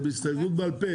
זה בהסתייגות בעל פה.